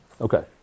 Okay